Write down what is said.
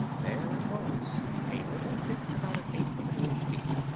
there it was a little pit about an eighth of an inch deep.